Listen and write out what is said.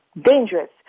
dangerous